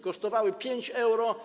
Kosztowały 5 euro.